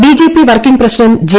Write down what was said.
BJP working president J